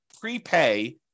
prepay